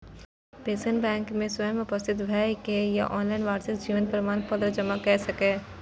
pensioner bank मे स्वयं उपस्थित भए के या ऑनलाइन वार्षिक जीवन प्रमाण पत्र जमा कैर सकैए